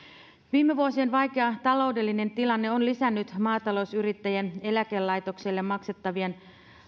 viime vuosien vaikea taloudellinen tilanne on lisännyt maatalousyrittäjien eläkelaitokselle maksettavien